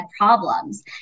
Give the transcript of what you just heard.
problems